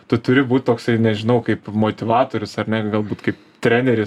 tu turi būt toksai nežinau kaip motyvatorius ar ne galbūt kaip treneris